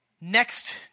Next